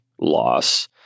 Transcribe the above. loss